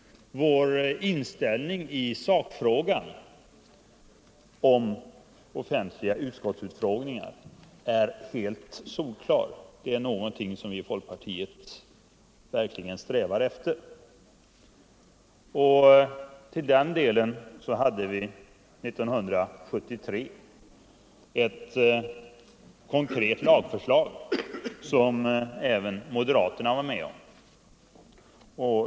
Vår inställning i sakfrågan när det gäller offentliga utskottsutfrågningar är alldeles solklar. Sådana utfrågningar är något som vi i folkpartiet verkligen strävar efter. Vi hade också 1973 ett konkret lagförslag i den frågan, som även moderaterna anslöt sig till.